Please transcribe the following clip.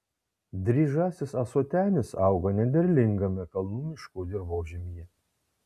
dryžasis ąsotenis auga nederlingame kalnų miškų dirvožemyje